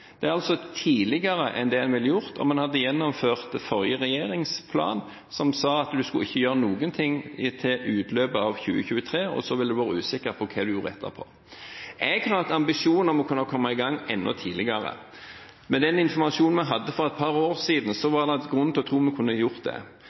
Det er altså tidligere enn det en ville gjort om en hadde gjennomført forrige regjerings plan, som sa at man ikke skulle gjøre noe til utløpet av 2023, og så ville det være usikkert hva man gjorde etterpå. Jeg kunne hatt ambisjoner om å komme i gang enda tidligere. Med den informasjonen vi hadde for et par år siden, var det grunn til å tro at vi kunne gjort det. Så